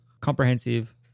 comprehensive